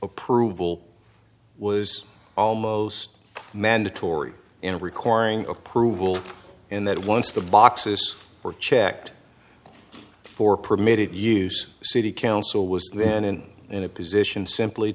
approval was almost mandatory in requiring approval and that once the boxes were checked for permitted use city council was then and in a position simply